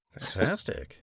Fantastic